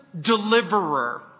deliverer